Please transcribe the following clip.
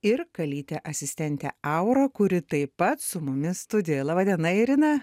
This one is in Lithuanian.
ir kalytę asistentę aurą kuri taip pat su mumis studijoje laba diena irina